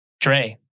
Dre